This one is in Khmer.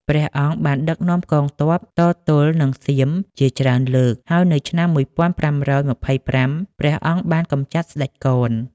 ព្រះអង្គបានដឹកនាំកងទ័ពតទល់នឹងសៀមជាច្រើនលើក ហើយនៅឆ្នាំ ១៥២៥ ព្រះអង្គបានកម្ចាត់ស្ដេចកន។